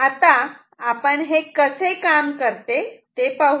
आता आपण हे कसे काम करते ते पाहू या